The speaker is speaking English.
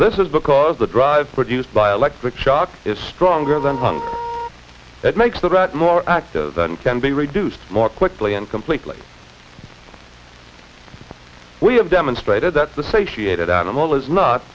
this is because the drive produced by electric shock is stronger than one that makes the rat more active than can be reduced more quickly and completely we have demonstrated that the satiated animal is not